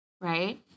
right